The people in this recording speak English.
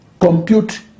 compute